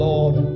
Lord